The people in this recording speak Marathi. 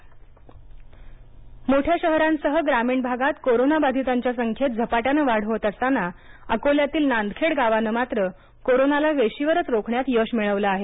अकोला नांदखेड रूग्ण मोठ्या शहरांसह ग्रामीण भागात कोरोना बाधितांच्या संख्येत झपाट्याने वाढ होत असताना अकोल्यातील नांदखेड गावान मात्र कोरोनाला वेशीवरच रोखण्यात यश मिळवलं आहे